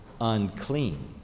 unclean